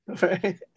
right